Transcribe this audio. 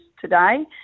today